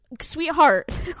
sweetheart